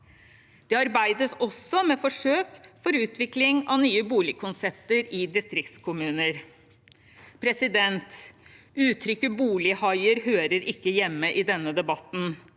Det arbeides også med forsøk for utvikling av nye boligkonsepter i distriktskommuner. Uttrykket «bolighaier» hører ikke hjemme i denne debatten.